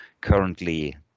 currently